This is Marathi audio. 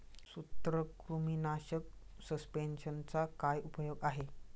सूत्रकृमीनाशक सस्पेंशनचा काय उपयोग आहे?